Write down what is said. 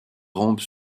rampe